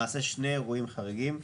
למעשה שני אירועים חריגים,